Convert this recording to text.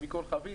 מכל חבית.